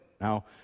Now